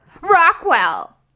Rockwell